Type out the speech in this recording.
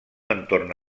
entorn